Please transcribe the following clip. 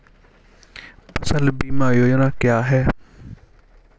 फसल बीमा योजना क्या है?